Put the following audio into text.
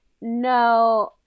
no